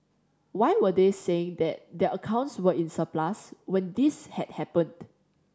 why were they saying that their accounts were in surplus when this had happened